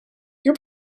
your